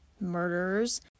murderers